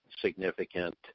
significant